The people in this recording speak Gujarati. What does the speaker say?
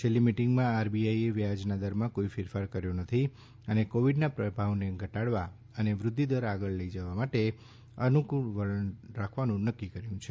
છેલ્લી મીટિંગમાં આરબીઆઈએ વ્યાજના દરમાં કોઈ ફેરફાર કર્યો નથી અને કોવિડના પ્રભાવને ઘટાડવા અને વૃદ્ધિદર આગળ લઈ જવા માટે અનુફ્રળ વલણ રાખવાનું નક્કી કર્યું છે